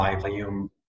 volume